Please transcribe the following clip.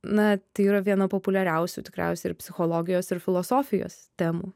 na tai yra viena populiariausių tikriausiai ir psichologijos ir filosofijos temų